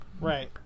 Right